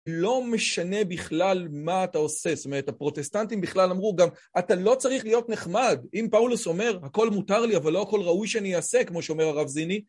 לא משנה בכלל מה אתה עושה, זאת אומרת, הפרוטסטנטים בכלל אמרו גם, אתה לא צריך להיות נחמד, אם פאולוס אומר, הכל מותר לי, אבל לא הכל ראוי שאני אעשה, כמו שאומר הרב זיני,